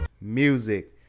Music